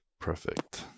Perfect